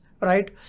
right